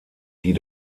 die